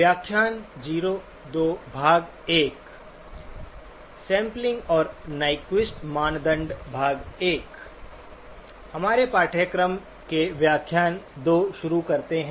हम हमारे पाठ्यक्रम के व्याख्यान 2 शुरू करते हैं